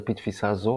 על פי תפיסה זו,